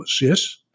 yes